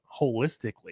holistically